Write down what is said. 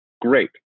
great